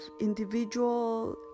individual